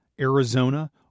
Arizona